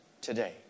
today